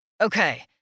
Okay